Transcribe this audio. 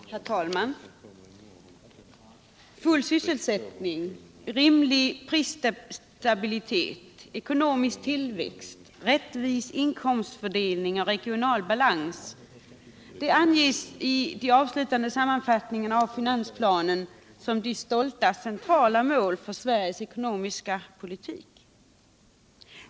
Herr talman! Full sysselsättning. rimlig prisstabilitet, ckonomisk tillväxt, rättvis inkomstfördelning och regional balans anges i den avslutande sammanfattningen av finansplanen som de stolta centrala målen för Sveriges ekonomiska politik.